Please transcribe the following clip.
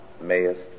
mayest